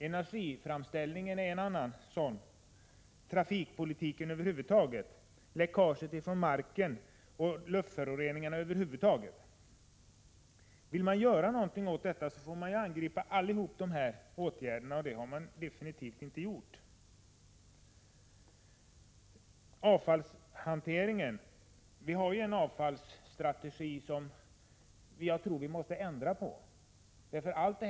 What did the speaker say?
Energiframställningen, trafikpolitiken, läckaget från marken och luftföroreningarna över huvud taget är andra sådana problem. Vill man göra något åt detta måste alla åtgärder vidtas, vilket definitivt inte har gjorts. Jag tror vi måste ändra på vår avfallsstrategi.